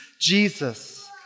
Jesus